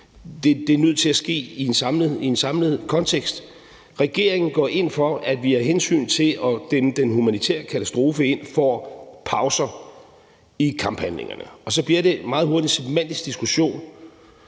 Det er nødt til at ske i en samlet kontekst. Regeringen går ind for, at vi af hensyn til at dæmme den humanitære katastrofe ind får pauser i kamphandlingerne, og så bliver det meget hurtigt en semantisk diskussion,